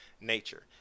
nature